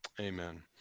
Amen